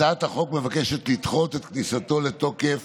הצעת החוק מבקשת לדחות את כניסתו לתוקף